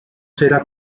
será